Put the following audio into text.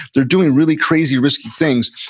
they're doing really crazy, risky things,